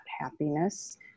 happiness